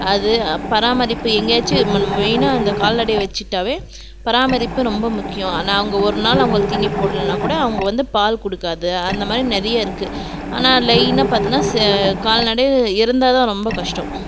அது பராமரிப்பு எங்கேயாச்சியும் மெயினாக இந்த கால்நடை வச்சிகிட்டாவே பராமரிப்பு ரொம்ப முக்கியம் நாங்கள் ஒரு நாள் அவங்களுக்கு தீனி போடலைனாக்கூட அவங்க வந்து பால் கொடுக்காது இந்த மாதிரி நிறைய இருக்குது ஆனால் லைனாக பார்த்தனா கால்நடை இறந்தால் தான் ரொம்ப கஷ்டம்